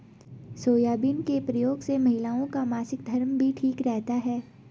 soybean के प्रयोग से महिलाओं का मासिक धर्म भी ठीक रहता है